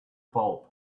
pulp